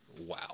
Wow